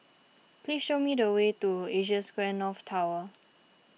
please show me the way to Asia Square North Tower